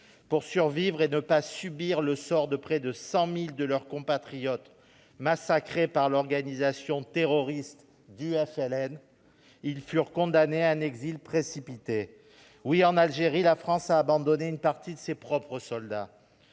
Pour survivre et ne pas subir le sort de près de 100 000 de leurs compatriotes, massacrés par l'organisation terroriste du FLN, ils furent condamnés à un exil précipité. Bravo ! Oui, en Algérie, la France a abandonné une partie de ses propres soldats.